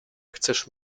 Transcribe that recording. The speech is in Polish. chcesz